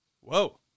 Whoa